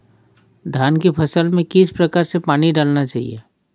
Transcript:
धान की फसल में किस प्रकार से पानी डालना चाहिए?